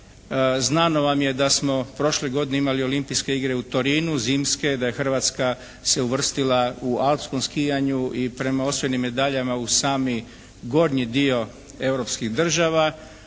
Znano vam je da smo prošle godine imali Olimpijske igre u Torinu, zimske, da je Hrvatska se uvrstila u alpskom skijanju i prema osvojenim medaljama u sami gornji dio europskih država.